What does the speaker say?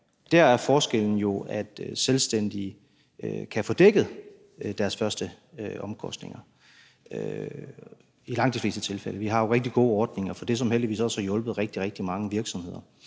der er forskellen jo, at selvstændige kan få dækket deres faste omkostninger i langt de fleste tilfælde. Vi har jo rigtig gode ordninger for det, som heldigvis også har hjulpet rigtig, rigtig mange virksomheder.